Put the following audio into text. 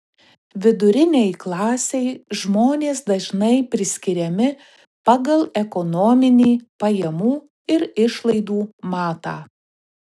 vidurinei klasei žmonės dažnai priskiriami pagal ekonominį pajamų ir išlaidų matą